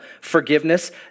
forgiveness